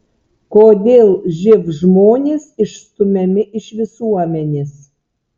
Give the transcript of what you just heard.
kodėl živ žmonės išstumiami iš visuomenės